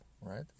right